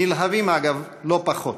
נלהבים, אגב, לא פחות.